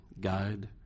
guide